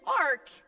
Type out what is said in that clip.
ark